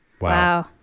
Wow